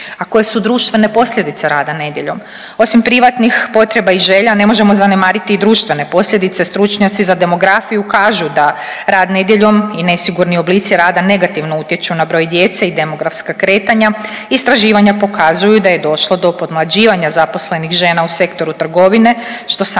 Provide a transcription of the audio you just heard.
A koje su društvene posljedice rada nedjeljom? Osim privatnih potreba i želja ne možemo zanemariti i društvene posljedice. Stručnjaci za demografiju kažu da rad nedjeljom i nesigurni oblici rada negativno utječu na broj djece i demografska kretanja. Istraživanja pokazuju da je došlo do podmlađivanja zaposlenih žena u sektoru trgovine, što samo